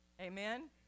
Amen